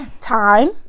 time